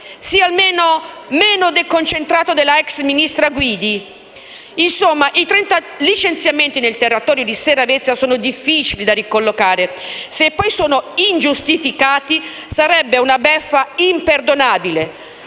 sia meno deconcentrato della ex ministra Guidi. Insomma, i 30 licenziamenti nel territorio di Seravezza sono difficili da ricollocare; se poi fossero ingiustificati, sarebbe una beffa imperdonabile.